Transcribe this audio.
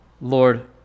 Lord